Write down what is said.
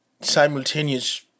simultaneous